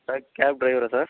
sir cab ட்ரைவராக sir